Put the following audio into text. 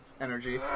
energy